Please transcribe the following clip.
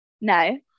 No